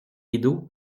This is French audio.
rideaux